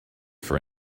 for